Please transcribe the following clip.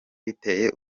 biteye